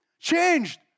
Changed